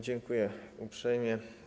Dziękuję uprzejmie.